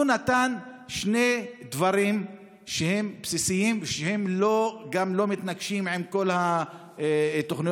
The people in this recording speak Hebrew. הוא נתן שני דברים שהם בסיסיים ושהם גם לא מתנגשים עם כל התוכניות